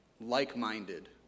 Like-minded